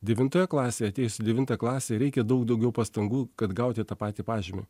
devintoje klasėje atėjus į devintą klasę reikia daug daugiau pastangų kad gauti tą patį pažymį